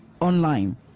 online